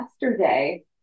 yesterday